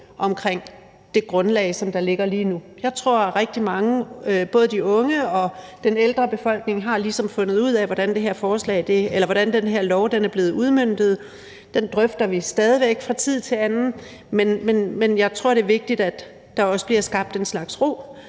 omkring det grundlag, som der ligger lige nu. Jeg tror, at rigtig mange – både de unge og den ældre befolkning – ligesom har fundet ud af, hvordan den her aftale er blevet udmøntet. Den drøfter vi stadig væk fra tid til anden, men jeg tror, det er vigtigt, at der også bliver skabt den slags ro